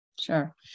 Sure